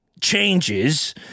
changes